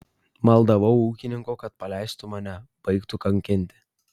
maldavau ūkininkų kad paleistų mane baigtų kankinti